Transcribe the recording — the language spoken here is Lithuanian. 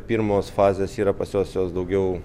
pirmos fazės yra pas juos juos daugiau